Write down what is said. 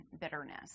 bitterness